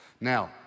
Now